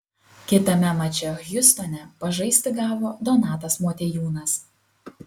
kitame mače hjustone pažaisti gavo donatas motiejūnas